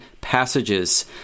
Passages